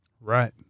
Right